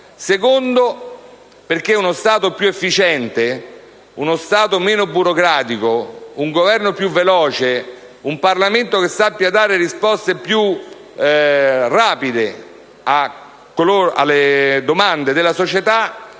luogo, perché uno Stato più efficiente, meno burocratico, con un Governo più attivo e un Parlamento che sappia dare risposte più rapide alle domande della società,